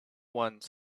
one